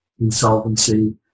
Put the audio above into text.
insolvency